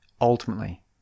ultimately